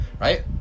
right